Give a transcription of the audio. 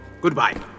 goodbye